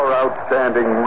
outstanding